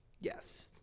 Yes